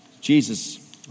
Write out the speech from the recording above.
Jesus